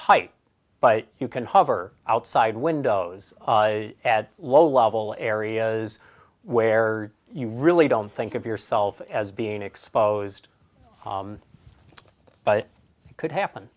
height but you can hover outside windows at low level areas where you really don't think of yourself as being exposed but it could happen